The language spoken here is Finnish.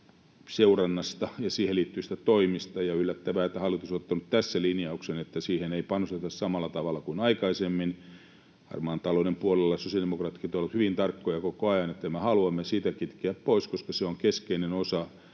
seurannasta ja siihen liittyvistä toimista, ja on yllättävää, että hallitus on ottanut tässä linjauksen, että siihen ei panosteta samalla tavalla kuin aikaisemmin. Harmaan talouden puolella sosiaalidemokraatitkin ovat hyvin tarkkoja koko ajan, että me haluamme sitä kitkeä pois, koska se on keskeinen osa,